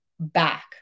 back